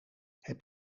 heb